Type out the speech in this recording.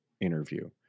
interview